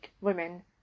women